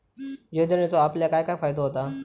योजनेचो आपल्याक काय काय फायदो होता?